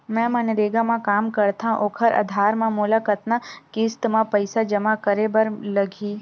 मैं मनरेगा म काम करथव, ओखर आधार म मोला कतना किस्त म पईसा जमा करे बर लगही?